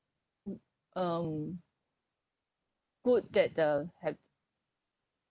um good that the had